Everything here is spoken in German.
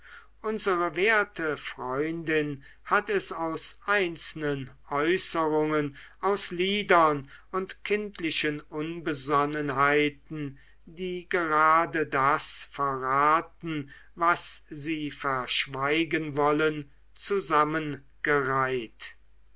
unsere werte freundin hat es aus einzelnen äußerungen aus liedern und kindlichen unbesonnenheiten die gerade das verraten was sie verschweigen wollen zusammengereiht